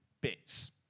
bits